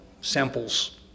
samples